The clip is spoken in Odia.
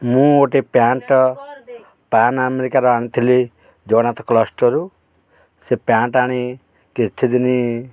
ମୁଁ ଗୋଟେ ପ୍ୟାଣ୍ଟ ଆମେରିକାର ଆଣିଥିଲି ଜଗନ୍ନାଥ କ୍ଲଷ୍ଟରୁ ସେ ପ୍ୟାଣ୍ଟ ଆଣି କେତେ ଦିନି